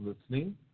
listening